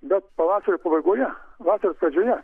bet pavasario pabaigoje vasaros pradžioje